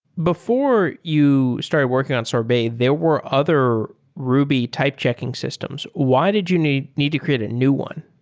before you started working on sorbet, there were other ruby type checking systems. why did you need need to create a new one?